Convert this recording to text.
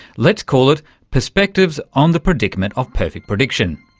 let's call it perspectives on the predicament of perfect prediction,